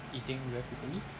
eating very frequently